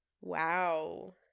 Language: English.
Wow